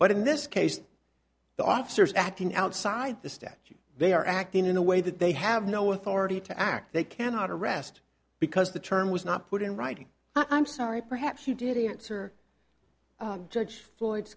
but in this case the officers acting outside the statute they are acting in a way that they have no authority to act they cannot arrest because the term was not put in writing i'm sorry perhaps you didn't answer judge floyd